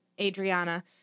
Adriana